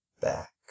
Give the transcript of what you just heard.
back